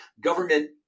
Government